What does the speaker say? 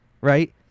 right